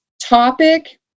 topic